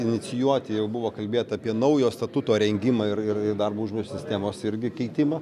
inicijuoti jau buvo kalbėta apie naujo statuto rengimą ir ir ir darbo užmokesčio sistemos irgi keitimą